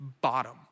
bottom